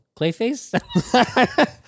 Clayface